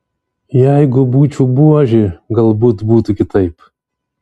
jeigu būčiau buožė galbūt būtų kitaip